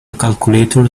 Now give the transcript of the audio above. calculator